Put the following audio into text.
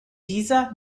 dieser